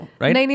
right